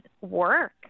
work